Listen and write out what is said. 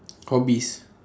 hobbies